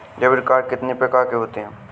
Debit card कितनी प्रकार के होते हैं?